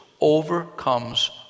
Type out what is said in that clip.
overcomes